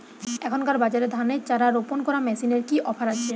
এখনকার বাজারে ধানের চারা রোপন করা মেশিনের কি অফার আছে?